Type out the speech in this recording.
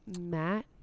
matt